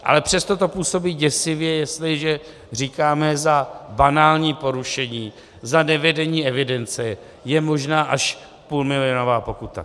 Ale přesto to působí děsivě, jestliže říkáme za banální porušení, za nevedení evidence je možná až půlmilionová pokuta.